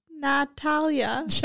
Natalia